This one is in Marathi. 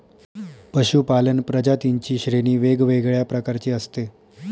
पशूपालन प्रजातींची श्रेणी वेगवेगळ्या प्रकारची असते